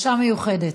בקשה מיוחדת.